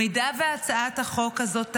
אם הצעת החוק הזאת תעבור,